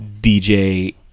DJ